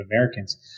Americans